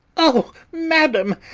o madam,